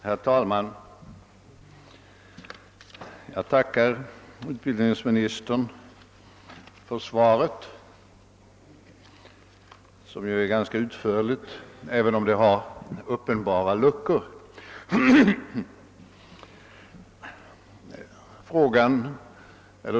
Herr talman! Jag tackar utbildningsministern för svaret, som ju är ganska utförligt, även om det har uppenbara luckor.